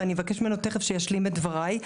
ותכף אבקש ממנו שישלים את דבריי.